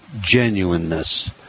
genuineness